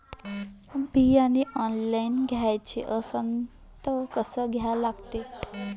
बियाने ऑनलाइन घ्याचे असन त कसं घ्या लागते?